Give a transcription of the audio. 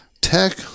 Tech